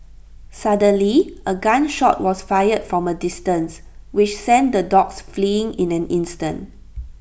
suddenly A gun shot was fired from A distance which sent the dogs fleeing in an instant